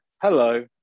Hello